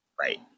right